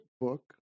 book